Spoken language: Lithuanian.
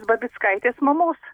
babickaitės mamos